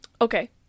Okay